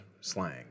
slang